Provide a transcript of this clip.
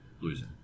losing